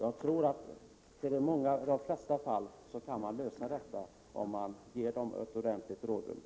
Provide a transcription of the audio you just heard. Jag tror att det i de flesta fall är möjligt att lösa problemen om man ger ett ordentligt rådrum.